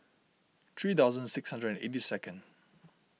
three thousand six hundred and eighty second